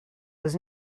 was